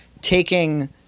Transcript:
taking